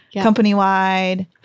company-wide